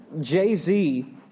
Jay-Z